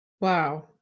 Wow